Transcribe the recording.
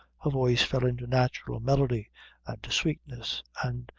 her voice fell into natural melody and sweetness, and,